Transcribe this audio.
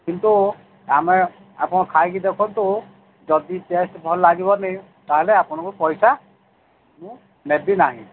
କିନ୍ତୁ ଆମେ ଆପଣ ଖାଇକି ଦେଖନ୍ତୁ ଯଦି ଟେଷ୍ଟ୍ ଭଲ ଲାଗିବନି ତାହେଲେ ଆପଣଙ୍କୁ ପଇସା ମୁଁ ନେବି ନାହିଁ